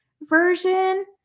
version